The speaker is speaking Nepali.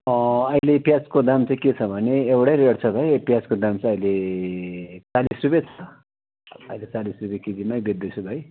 अहिले प्याजको दाम चाहिँ के छ भने एउटै रेट छ भाइ प्याजको दाम चाहिँ अहिले चालिस रुपे छ अहिले चालिस रुपे केजीमा बेच्दै छु भाइ